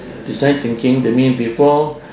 design thinking that mean before